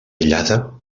aïllada